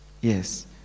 yes